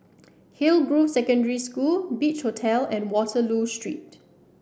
Hillgrove Secondary School Beach Hotel and Waterloo Street